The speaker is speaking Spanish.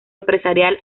empresarial